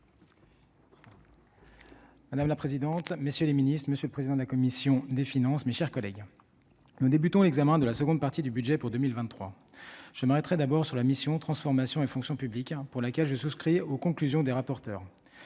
Madame la présidente, messieurs les Ministres, Monsieur le président de la commission des finances, mes chers collègues, nous débutons l'examen de la seconde partie du budget pour 2023 je m'arrêterai d'abord sur la mission transformation et fonction publique hein, pour laquelle je souscris aux conclusions des rapporteurs